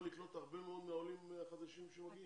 לקלוט הרבה מאוד מהעולים החדשים שעולים.